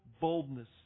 boldness